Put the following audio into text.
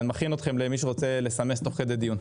אני מכין אתכם למי שרוצה לסמס תוך כדי דיון.